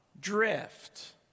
drift